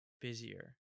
busier